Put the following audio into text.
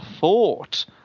thought